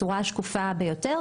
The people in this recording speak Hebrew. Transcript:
בשקיפות ונמשיך כך בעתיד.